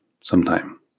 sometime